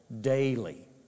daily